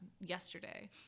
yesterday